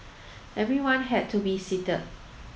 everyone had to be seated